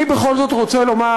אני בכל זאת רוצה לומר,